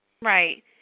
Right